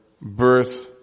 birth